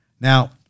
Now